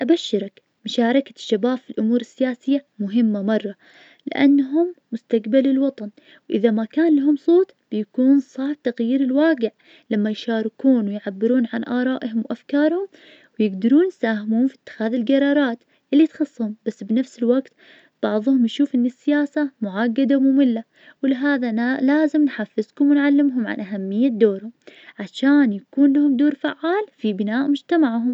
أبشرك, مشاركة الشباب في الأمور السياسية مهمة مرة, لأنهم مستقبل الوطن, إذا ما كان لهم صوت بيكون صار تغيير الواقع, لما يشاركون ويعبرون عن آرائهم وأفكارهم. بيقدرون يساهمون في اتخاذ القرارات اللي تخصهم, بس بنفس الوقت, بعضهم يشوفو ان السياسة معجدة و مملة, ولهذا نا- لازم نحفزكم ونعلمهم على اهمية دورهم, عشان يكون لهم دور فعال في بناء مجتمعهم.